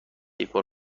یکبار